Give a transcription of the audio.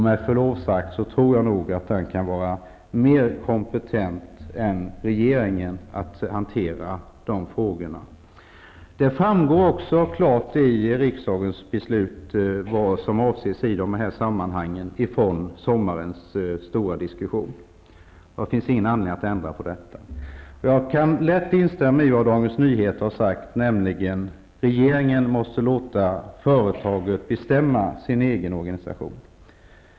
Med förlov sagt vill jag säga att jag tror att den kan vara mer kompetent än regeringen när det gäller att hantera de frågorna. Det framgår också klart av riksdagens beslut vad som avsetts i sommarens stora diskussion. Det finns ingen anledning att ändra på detta. Jag kan lätt instämma i det Dagens Nyheter har sagt, nämligen att regeringen måste låta företaget bestämma sin egen organisation.